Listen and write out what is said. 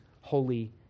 holy